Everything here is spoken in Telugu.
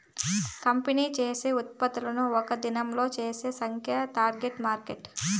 కంపెనీ చేసే ఉత్పత్తులను ఒక్క దినంలా చెప్పే సంఖ్యే టార్గెట్ మార్కెట్